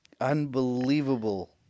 unbelievable